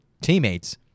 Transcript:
teammates